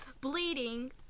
bleeding